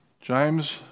James